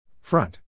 Front